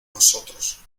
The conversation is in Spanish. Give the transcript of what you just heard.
nosotros